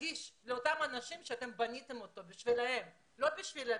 נגיש לאותם אנשים שלמענם בניתם אותו ולא בשביל ה-"וי"?